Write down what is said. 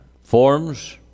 forms